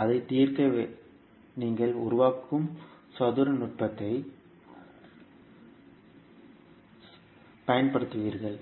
அதைத் தீர்க்க நீங்கள் உருவாக்கும் சதுர நுட்பத்தைப் பயன்படுத்துவீர்கள்